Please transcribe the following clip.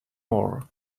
more